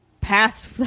past